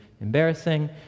embarrassing